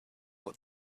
what